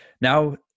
now